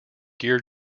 gear